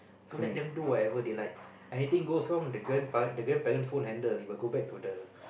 so let them do whatever they like anything goes wrong the grand the grandparents won't handle it will go back to the